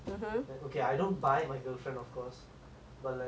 but like because I have a girlfriend I get another girlfriend